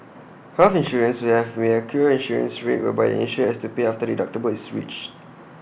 health insurance may have may have A co insurance rate whereby the insured has to pay after the deductible is reached